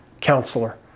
Counselor